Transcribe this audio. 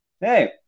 Hey